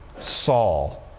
Saul